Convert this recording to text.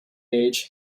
age